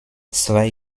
zwei